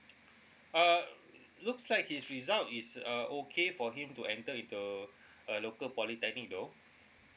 uh looks like his result is uh okay for him to enter into a local polytechnic though